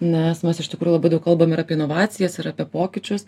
nes mes iš tikrųjų labai daug kalbamam ir apie inovacijas ir apie pokyčius